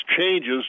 changes